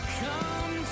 come